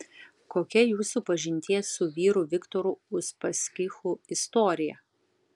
kokia jūsų pažinties su vyru viktoru uspaskichu istorija